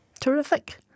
Terrific